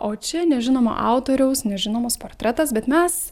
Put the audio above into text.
o čia nežinomo autoriaus nežinomas portretas bet mes